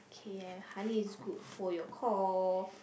okay honey is good for your cough